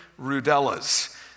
Rudellas